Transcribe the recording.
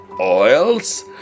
oils